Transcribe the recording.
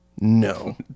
no